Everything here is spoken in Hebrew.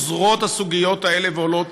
והסוגיות האלה חוזרות ועולות,